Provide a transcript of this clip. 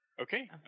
Okay